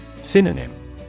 Synonym